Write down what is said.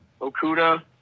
Okuda